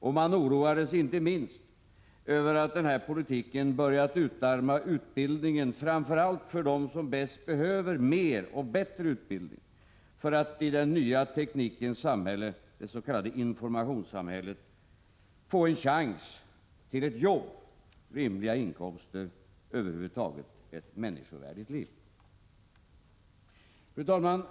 Och man oroade sig inte minst för att den politiken börjat utarma utbildningen, framför allt för dem som bäst behöver mer och bättre utbildning, för att i den nya teknikens samhälle, det s.k. informationssamhället, få en chans till ett jobb, rimliga inkomster, över huvud taget ett människovärdigt liv. Fru talman!